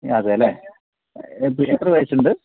അതെയല്ലെ എത്ര വയസ്സുണ്ട്